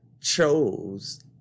chose